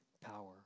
power